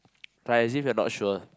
like as if you are not sure